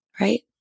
right